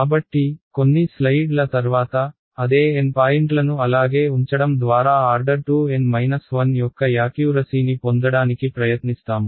కాబట్టి కొన్ని స్లయిడ్ల తర్వాత అదే N పాయింట్లను అలాగే ఉంచడం ద్వారా ఆర్డర్ 2N 1 యొక్క యాక్యూరసీని పొందడానికి ప్రయత్నిస్తాము